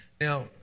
Now